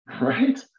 right